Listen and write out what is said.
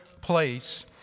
place